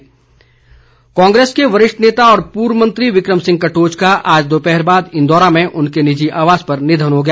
निधन कांग्रेस के वरिष्ठ नेता और पूर्व मंत्री विक्रम सिंह कटोच का आज दोपहर बाद इंदौरा में उनके निजि आवास पर निधन हो गया